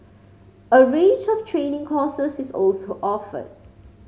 a range of training courses is also offered